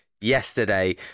yesterday